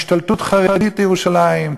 השתלטות חרדית בירושלים,